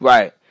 Right